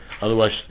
Otherwise